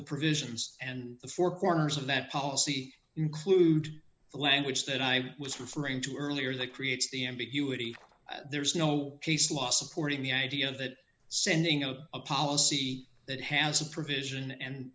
the provisions and the four corners of that policy include the language that i was referring to earlier that creates the ambiguity there's no case law supporting the idea that sending out a policy that has a provision and